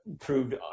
proved